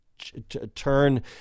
turn